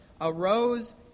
arose